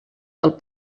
del